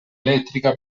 elettrica